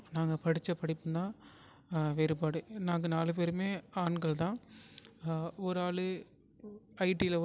நாங்கள் படிச்ச படிப்பும் தான் வேறுபாடு நாங்கள் நாலு பேருமே ஆண்கள் தான் ஓராள் ஐடில ஒர்க் பண்ணுறாங்க